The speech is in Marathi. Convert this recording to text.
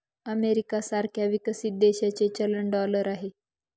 अमेरिका सारख्या विकसित देशाचे चलन डॉलर आहे